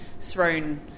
thrown